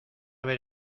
ver